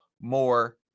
more